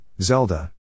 Zelda